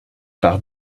par